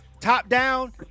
top-down